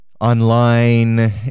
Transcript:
online